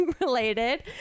related